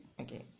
okay